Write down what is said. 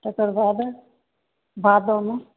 तेकर बाद भादोमे